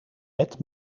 bed